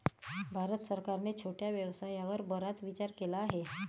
भारत सरकारने छोट्या व्यवसायावर बराच विचार केला आहे